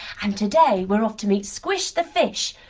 and today we're off to meet squish the fish,